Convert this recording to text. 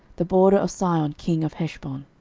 the border of sihon king of heshbon.